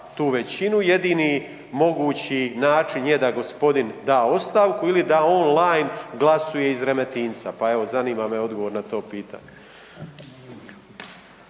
tu većinu. Jedini mogući način je da g. da ostavku ili da online glasuje iz Remetinca. Pa evo, zanima me odgovor na to pitanje.